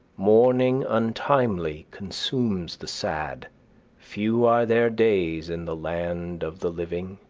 mourning untimely consumes the sad few are their days in the land of the living,